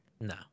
No